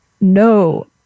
No